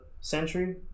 century